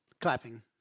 clapping